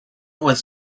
was